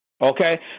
Okay